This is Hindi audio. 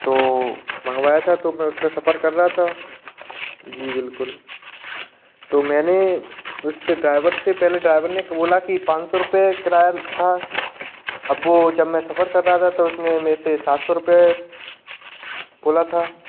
तो मंगवाया था तो मैं उसमें सफर कर रहा था जी बिलकुल तो मैंने उस ड्राइवर से पहले ड्राइवर ने बोला कि पाँच सौ रुपए किराया था अब वो जब मैं सफ़र कर रहा था तो उसने मेरे से सात सौ रुपए बोला था